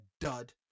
dud